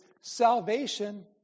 salvation